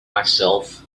myself